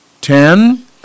ten